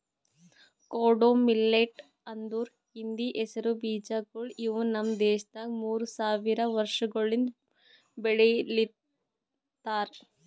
ಕೊಡೋ ಮಿಲ್ಲೆಟ್ ಅಂದುರ್ ಹಿಂದಿ ಹೆಸರು ಬೀಜಗೊಳ್ ಇವು ನಮ್ ದೇಶದಾಗ್ ಮೂರು ಸಾವಿರ ವರ್ಷಗೊಳಿಂದ್ ಬೆಳಿಲಿತ್ತಾರ್